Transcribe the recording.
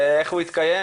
ואיך הוא יתקיים.